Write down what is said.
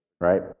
right